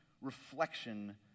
reflection